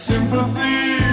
Sympathy